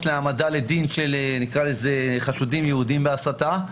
להעמדה לדין של חשודים יהודים בהסתה,